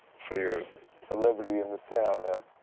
you're a celebrity in this town now.